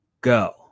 go